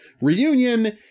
Reunion